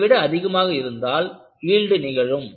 அதைவிட அதிகமாக இருந்தால் யீல்டு நிகழும்